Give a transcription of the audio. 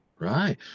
right